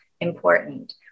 important